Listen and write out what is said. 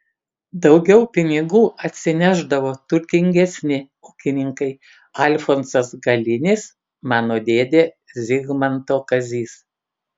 daugiau pinigų atsinešdavo turtingesni ūkininkai alfonsas galinis mano dėdė zigmanto kazys